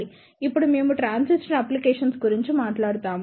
ఇప్పుడు మేము transistor applications గురించి మాట్లాడుతాము